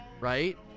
right